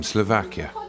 Slovakia